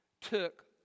took